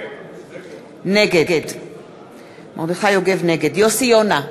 נגד יוסי יונה,